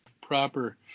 proper